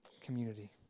community